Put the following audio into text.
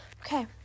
Okay